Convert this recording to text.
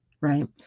right